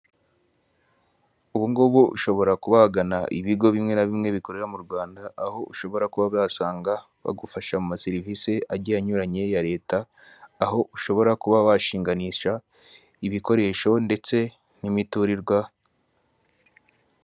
Ubungubu ushobora kuba wagana ibigo bimwe na bimwe bikorera mu Rwanda aho ushobora kuba wasanga bagufasha mu ma serivisi agiye anyuranye ya leta, aho ushobora kuba washinganisha ibikoresho ndetse n'imiturirwa.